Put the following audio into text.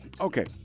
Okay